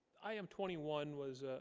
i am twenty one was